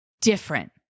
different